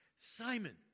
Simon